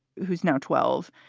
who's now twelve,